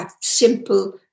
simple